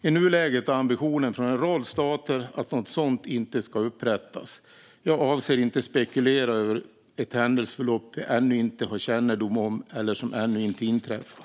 I nuläget är ambitionen från en rad stater att något sådant inte ska upprättas. Jag avser inte att spekulera över ett händelseförlopp vi ännu inte har kännedom om eller som ännu inte inträffat.